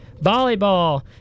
Volleyball